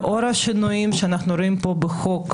לאור השינויים שאנחנו רואים פה בחוק,